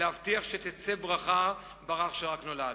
להבטיח שתצא ברכה ברך שרק נולד.